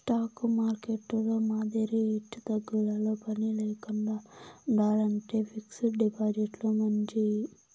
stock మార్కెట్టులో మాదిరి ఎచ్చుతగ్గులతో పనిలేకండా ఉండాలంటే ఫిక్స్డ్ డిపాజిట్లు మంచియి